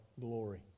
glory